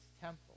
temple